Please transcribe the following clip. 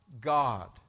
God